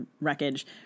wreckage